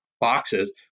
boxes